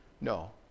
No